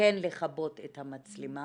כן לכבות את המצלמה.